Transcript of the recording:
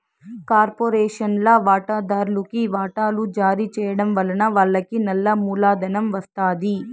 కార్పొరేషన్ల వాటాదార్లుకి వాటలు జారీ చేయడం వలన వాళ్లకి నల్ల మూలధనం ఒస్తాది